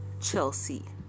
Chelsea